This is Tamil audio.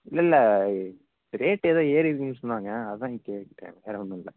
இல்லை இல்லை ரேட் ஏதோ ஏறிருக்குன்னு சொன்னாங்க அதுதான் கேட்டேன் வேறு ஒன்னுமில்ல